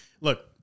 look